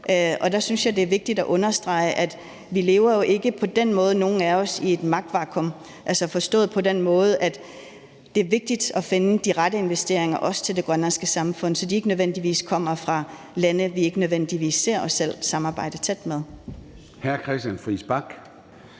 Der synes jeg, det er vigtigt at understrege, at vi jo ikke på den måde nogen af os lever i et magtvakuum forstået på den måde, at det er vigtigt også at finde de rette investeringer til det grønlandske samfund, så de ikke nødvendigvis kommer fra lande, vi ikke nødvendigvis ser os selv samarbejde tæt med.